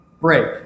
Break